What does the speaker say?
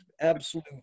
absolute